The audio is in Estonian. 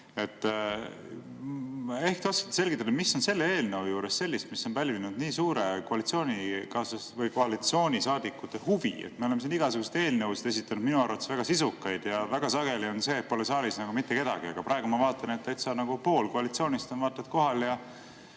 Ehk te oskate selgitada, mis on selle eelnõu juures sellist, mis on pälvinud nii suure koalitsioonisaadikute huvi. Me oleme siin igasuguseid eelnõusid esitanud, minu arvates väga sisukaid, ja väga sageli on nii, et saalis pole nagu mitte kedagi. Aga praegu ma vaatan, et täitsa pool koalitsioonist on vaata et kohal.